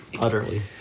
Utterly